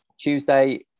tuesday